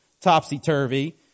topsy-turvy